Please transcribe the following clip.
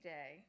Day